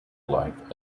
life